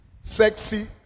Sexy